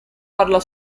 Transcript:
parla